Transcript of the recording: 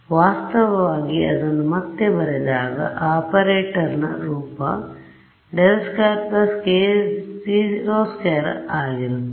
ವಾಸ್ತವವಾಗಿ ಅದನ್ನು ಮತ್ತೆ ಬರೆದಾಗ ಆಪರೇಟರ್ನ ರೂಪ ∇2 k02 ಆಗಿರುತ್ತದೆ